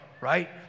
right